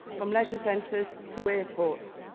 from leisure centres to airpowers,